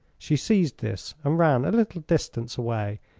she seized this and ran a little distance away,